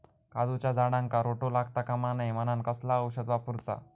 काजूच्या झाडांका रोटो लागता कमा नये म्हनान कसला औषध वापरूचा?